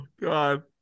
god